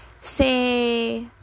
Say